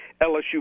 LSU